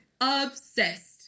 obsessed